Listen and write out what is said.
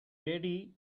ready